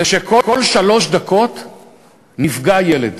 הוא שבכל שלוש דקות נפגע ילד.